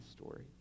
story